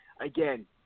again